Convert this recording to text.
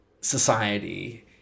society